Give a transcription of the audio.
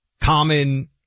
common